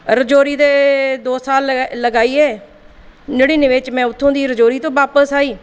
रजौरी दे दौं साल लगाइयै नड़ीनवैं दा में रजौरी दा बापस आई